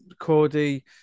Cody